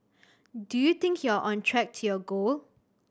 do you think you're on track to your goal